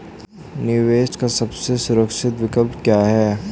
निवेश का सबसे सुरक्षित विकल्प क्या है?